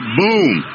boom